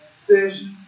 sessions